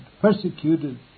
persecuted